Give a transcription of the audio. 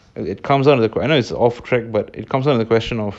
and it comes out of the I know it's off track but it comes out of the question of